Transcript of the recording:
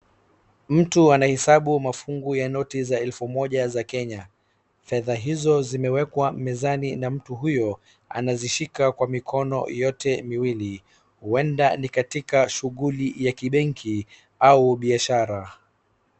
Mtu anahesabu mafungu ya noti za elfu moja za Kenya. Fedha hizo zimewekwa mezani na mtu huyo, anazishika kwa mikono yote miwili. Huenda ni katika shughuli ya kibenki, au biashara.